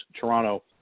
Toronto